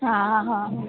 हां हां हां